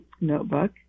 notebook